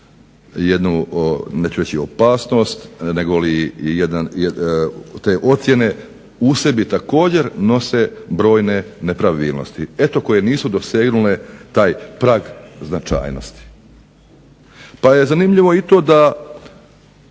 jednu neću reći opasnost, negoli te ocjene u sebi također nose brojne nepravilnosti eto koje nisu dosegnule taj prag značajnosti. Pa je zanimljivo i to da